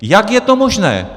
Jak je to možné?